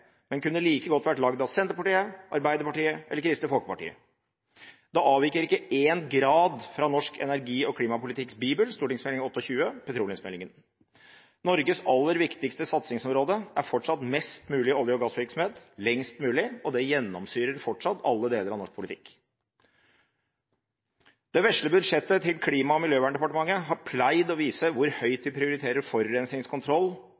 men kunne like godt vært laget av Senterpartiet, Arbeiderpartiet eller Kristelig Folkeparti. Det avviker ikke én grad fra norsk energi- og klimapolitikks bibel, Meld. St. 28 for 2010–2011, petroleumsmeldingen. Norges aller viktigste satsingsområde er fortsatt mest mulig olje- og gassvirksomhet lengst mulig, og det gjennomsyrer fortsatt alle deler av norsk politikk. Det vesle budsjettet til Klima- og miljødepartementet har pleid å vise hvor høyt